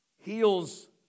heals